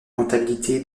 comptabilité